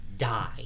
die